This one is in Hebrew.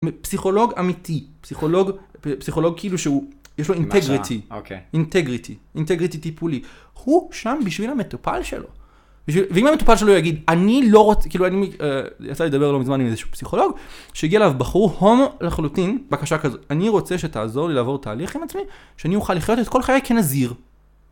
פסיכולוג אמיתי, פסיכולוג כאילו שהוא, יש לו אינטגריטי, אינטגריטי טיפולי. הוא שם בשביל המטופל שלו. ואם המטופל שלו יגיד, אני לא רוצה, כאילו אני יצא לדבר לא מזמן עם איזשהו פסיכולוג, שיגיע לב בחור הומו לחלוטין, בבקשה כזה, אני רוצה שתעזור לי לעבור תהליך עם עצמי, שאני אוכל לחיות את כל חיי כנזיר.